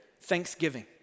thanksgiving